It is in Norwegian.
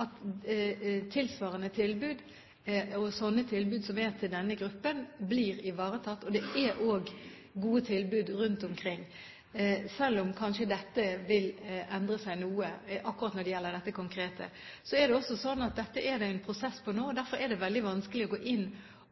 at tilbud tilsvarende dem som er til denne gruppen, blir ivaretatt. Det er også gode tilbud rundt omkring, selv om dette kanskje vil endre seg noe akkurat når det gjelder dette konkrete. Dette er det en prosess på nå. Derfor er det veldig vanskelig å gå inn